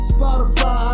Spotify